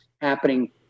happening